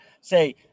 say